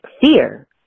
fear